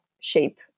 shape